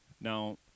now